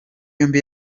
yombi